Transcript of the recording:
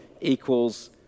equals